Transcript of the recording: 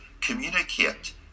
communicate